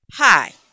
Hi